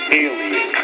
alien